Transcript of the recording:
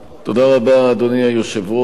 אדוני היושב-ראש,